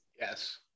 Yes